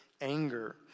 anger